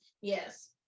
Yes